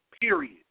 Period